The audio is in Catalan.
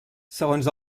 segons